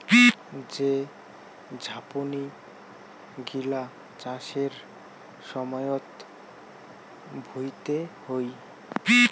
যে ঝাপনি গিলা চাষের সময়ত ভুঁইতে হই